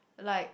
like